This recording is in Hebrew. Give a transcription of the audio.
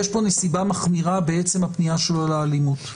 יש פה נסיבה מחמירה בעצם הפניה שלו לאלימות.